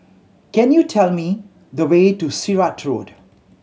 can you tell me the way to Sirat Road